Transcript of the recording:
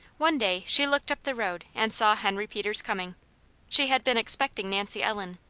one day she looked up the road and saw henry peters coming she had been expecting nancy ellen.